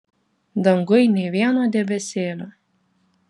danguj nė vieno debesėlio